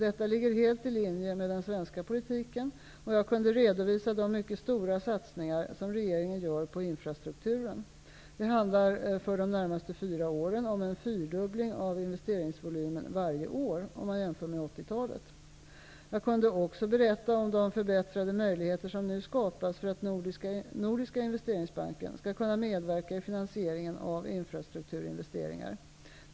Detta ligger helt i linje med den svenska politiken, och jag kunde redovisa de mycket stora satsningar som regeringen gör på infrastrukturen. Det handlar för de närmaste fyra åren om en fyrdubbling av investeringsvolymen varje år jämfört med 80-talet. Jag kunde också berätta om de förbättrade möjligheter som nu skapas för att Nordiska investeringsbanken skall kunna medverka i finansieringen av infrastrukturinvesteringar.